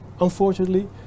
unfortunately